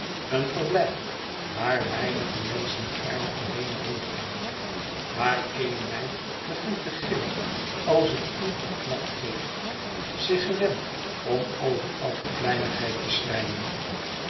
een verblijf waar weinige menschen gaarne alleen rondgaan waar eene meid begint te gillen als het vuur een knap geeft zich gewent om over elke kleinigheid te schreien